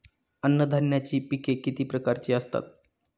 अन्नधान्याची पिके किती प्रकारची असतात?